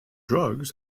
drugs